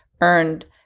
earned